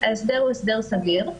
ההסדר הוא הסדר סביר.